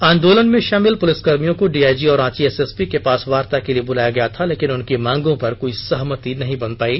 आंदोलन में शामिल पुलिसकर्मियों को डीआइजी और रांची एसएसपी के पास वार्ता के लिए बुलाया गया था लेकिन उनकी मांगों पर कोई सहमति नहीं बन पायी